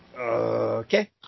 Okay